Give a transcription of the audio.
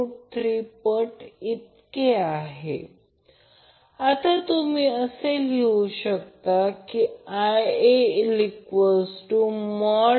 आणि phase current Ip mod IAB mod IBC mod ICA phase current